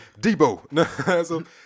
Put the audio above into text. Debo